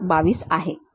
22 आहे